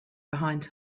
behind